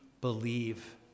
believe